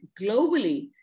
globally